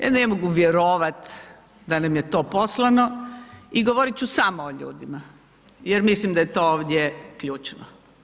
Ja ne mogu vjerovat da nam je to poslano i govorit ću samo o ljudima jer mislim da je to ovdje ključno.